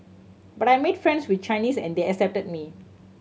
but I made friends with Chinese and they accepted me